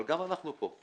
אבל גם אנחנו פה,